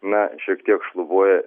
na šiek tiek šlubuoja